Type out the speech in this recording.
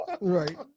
Right